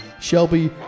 Shelby